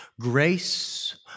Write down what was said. grace